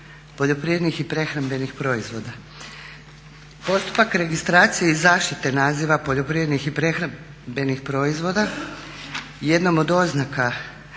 poljoprivrednih i prehrambenih proizvoda. Postupak registracije i zaštite naziva poljoprivrednih i prehrambenih proizvoda jednom od oznaka